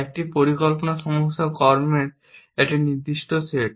একটি পরিকল্পনা সমস্যা কর্মের একটি নির্দিষ্ট সেট